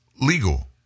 legal